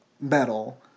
metal